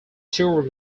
toured